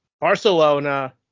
Barcelona